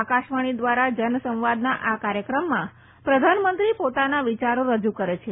આકાશવાણી ધ્વારા જનસંવાદના આ કાર્યક્રમમાં પ્રધાનમંત્રી પોતાના વિયારો રજુ કરે છે